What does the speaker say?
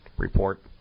report